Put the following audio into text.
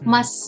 Mas